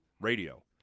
radio